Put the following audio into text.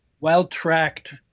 well-tracked